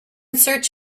search